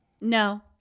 No